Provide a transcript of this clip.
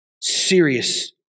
serious